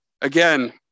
again